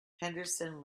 henderson